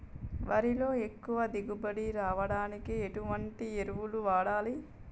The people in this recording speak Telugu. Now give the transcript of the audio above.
వరిలో ఎక్కువ దిగుబడి రావడానికి ఎటువంటి ఎరువులు వాడాలి?